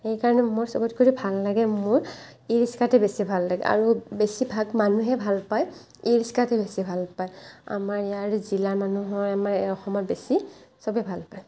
সেইকাৰণে মোৰ সবতকৰি ভাল লাগে মোৰ ই ৰিক্সাতে বেছি ভাল লাগে আৰু বেছিভাগ মানুহে ভাল পায় ই ৰিক্সাতে বেছি ভাল পায় আমাৰ ইয়াৰ জিলাৰ মানুহৰ মানে অসমৰ বেছি সবে ভাল পায়